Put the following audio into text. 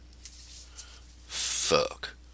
Fuck